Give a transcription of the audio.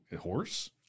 horse